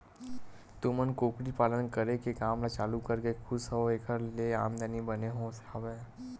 तुमन कुकरी पालन करे के काम ल चालू करके खुस हव ऐखर ले आमदानी बने होवत हवय?